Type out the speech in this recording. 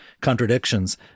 contradictions